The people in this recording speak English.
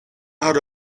out